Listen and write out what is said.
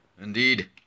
indeed